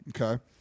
Okay